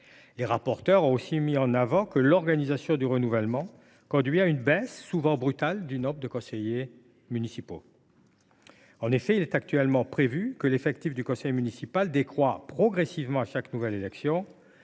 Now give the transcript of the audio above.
La rapporteure a aussi mis en avant que l’organisation du renouvellement avait conduit à « une baisse souvent brutale du nombre de conseillers municipaux ». En effet, il est actuellement prévu que l’effectif du conseil municipal décroît progressivement à chaque nouvelle élection,